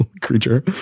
creature